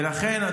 ולכן,